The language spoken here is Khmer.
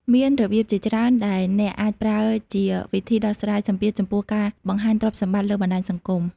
មានរបៀបជាច្រើនដែលអ្នកអាចប្រើជាវិធីដោះស្រាយសម្ពាធចំពោះការបង្ហាញទ្រព្យសម្បត្តិលើបណ្តាញសង្គម។